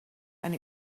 and